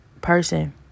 person